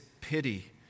pity